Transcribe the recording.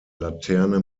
laterne